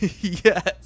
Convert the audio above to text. Yes